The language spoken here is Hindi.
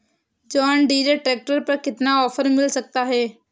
जॉन डीरे ट्रैक्टर पर कितना ऑफर मिल सकता है?